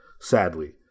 Sadly